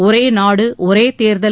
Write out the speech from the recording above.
ஒரே நாடு ஒரே தேர்தல்